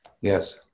Yes